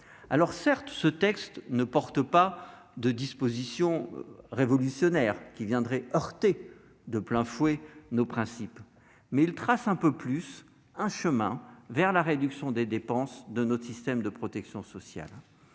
besoins. Certes, ce texte ne contient pas de dispositions révolutionnaires venant heurter de plein fouet nos principes, mais il trace un peu plus un chemin vers la réduction des dépenses de notre système de protection sociale.